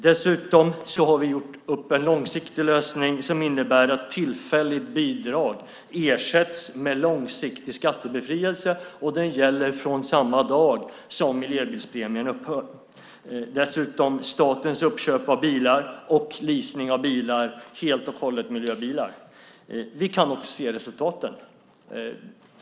Dessutom har vi gjort upp en långsiktig lösning som innebär att tillfälligt bidrag ersätts med långsiktig skattebefrielse, och den gäller från samma dag som miljöbilspremien upphör. Dessutom är statens uppköp och leasing av bilar helt och hållet miljöbilar. Vi kan också se resultaten.